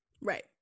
Right